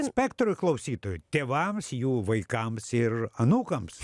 spektrui klausytojų tėvams jų vaikams ir anūkams